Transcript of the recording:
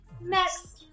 next